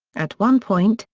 at one point,